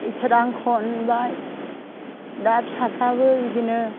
इसोरा आंखौ अनबाय दा फिसाफ्राबो बिदिनो